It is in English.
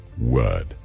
word